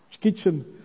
kitchen